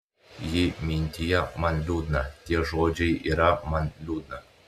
ji mintija man liūdna tie žodžiai yra man liūdna